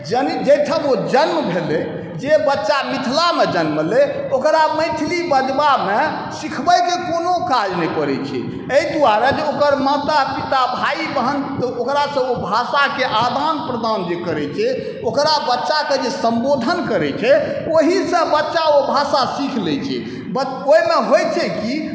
जाहिठाम ओ जन्म भेलै जे बच्चा मिथिलामे जनमलै ओकरा मैथिली बाजबामे सिखबैके कोनो काज नहि पड़ै छै एहि दुआरे जे ओकर माता पिता भाइ बहिन तऽ ओकरासँ ओ भाषाके आदान प्रदान जे करै छै ओकरा बच्चाके जे सम्बोधन करै छै ओहिसँ ओ बच्चा ओ भाषा सीखि लै छै ओहिमे होइ छै कि